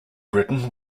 ridden